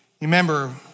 Remember